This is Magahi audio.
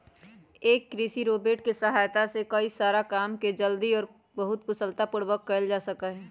एक कृषि रोबोट के सहायता से कई सारा काम के जल्दी और बहुत कुशलता पूर्वक कइल जा सका हई